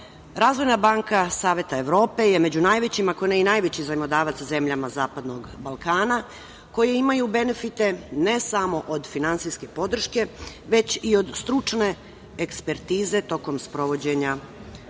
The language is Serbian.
razvoj. Razvojna banka Saveta Evrope je među najvećim, ako ne i najveći zajmodavac zemljama Zapadnog Balkana koje imaju benefite ne samo od finansijske podrške, već i od stručne ekspertize tokom sprovođenja